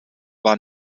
war